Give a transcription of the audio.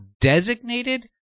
designated